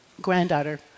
granddaughter